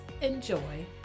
enjoy